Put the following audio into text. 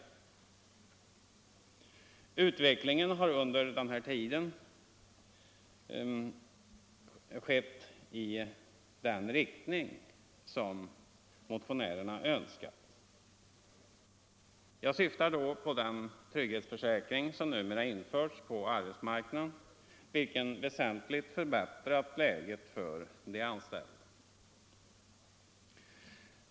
Utvecklingen har under denna tid gått i den riktning som motionärerna önskar. Jag syftar då på den trygghetsförsäkring som numera införts på arbetsmarknaden vilken väsentligt förbättrat läget för de anställda.